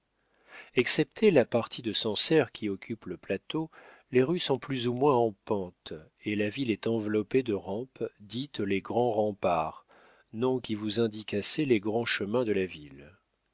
excepté la partie de sancerre qui occupe le plateau les rues sont plus ou moins en pente et la ville est enveloppée de rampes dites les grands remparts nom qui vous indique assez les grands chemins de la ville